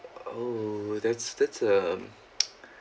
oh that's that's um